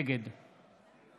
נגד